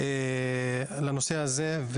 לנושא הזה.